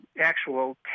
actual